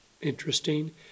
Interesting